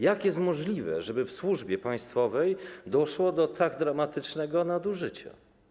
Jak to jest możliwe, że w służbie państwowej doszło do tak dramatycznego nadużycia?